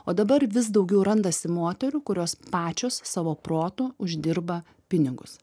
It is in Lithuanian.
o dabar vis daugiau randasi moterų kurios pačios savo protu uždirba pinigus